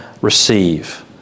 receive